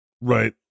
Right